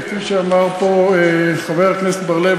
שכפי שאמר פה חבר הכנסת בר-לב,